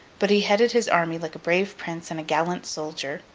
but he headed his army like a brave prince and a gallant soldier,